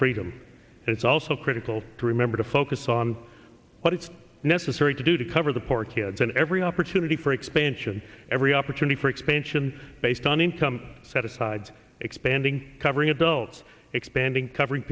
freedom it's also critical to remember to focus on what it's necessary to do to cover the poor kids and every opportunity for expansion every opportunity for expansion based on income set asides expanding covering adults expanding covering